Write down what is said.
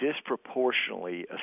disproportionately